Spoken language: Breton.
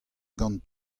gant